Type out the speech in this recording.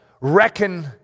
Reckon